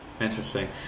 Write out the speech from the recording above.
Interesting